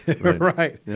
Right